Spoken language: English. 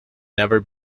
never